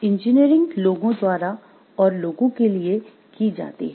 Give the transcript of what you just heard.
engineering लोगों द्वारा और लोगों के लिए की जाती है